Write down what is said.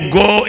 go